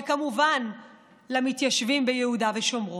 וכמובן למתיישבים ביהודה ושומרון.